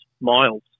Miles